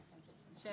ההצעה